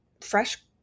fresh